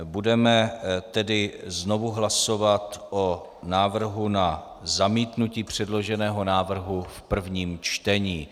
Budeme tedy znovu hlasovat o návrhu na zamítnutí předloženého návrhu v prvním čtení.